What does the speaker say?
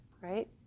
right